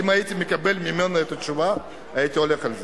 אם הייתי מקבל ממנו את התשובה, הייתי הולך על זה,